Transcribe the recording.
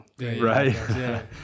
right